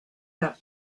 leur